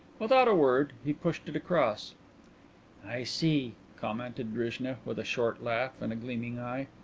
without a word he pushed it across. i see, commented drishna, with a short laugh and a gleaming eye.